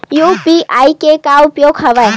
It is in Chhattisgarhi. यू.पी.आई के का उपयोग हवय?